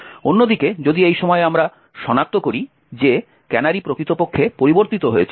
অন্যদিকে যদি এই সময়ে আমরা শনাক্ত করি যে ক্যানারি প্রকৃতপক্ষে পরিবর্তিত হয়েছে